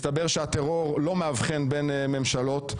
מסתבר שהטרור לא מאבחן בין ממשלות,